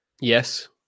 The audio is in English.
Yes